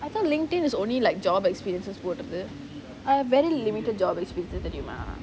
I thought LinkedIn is only like job experiences போடுறது:podurathu I have very limited job experiences தெரியுமா:teriyumaa